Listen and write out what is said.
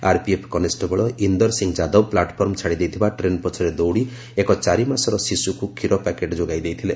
RPF constable Inder Singh Yadav platform ଛାଡ଼ିଦେଇଥିବା train ପଛରେ ଦୌଡ଼ି ଏକ ଚାରି ମାସର ଶିଶୁକୁ କ୍ଷୀର ପ୍ୟାକେଟ୍ ଯୋଗାଇ ଦେଇଥିଲେ